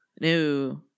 No